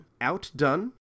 outdone